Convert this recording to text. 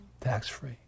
Tax-free